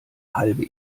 halbe